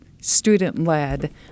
student-led